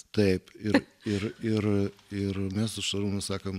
taip ir ir ir ir mes su šarūnu sakom